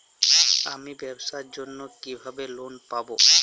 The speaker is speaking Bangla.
আমি ব্যবসার জন্য কিভাবে লোন পাব?